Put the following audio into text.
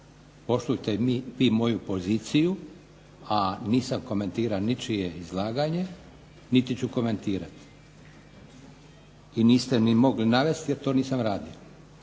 Poštujte i vi moju poziciju, a nisam komentirao ničije izlaganje, niti ću komentirati. I niste ni mogli navesti jer to nisam radio.